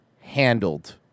Handled